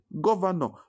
governor